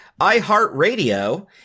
iHeartRadio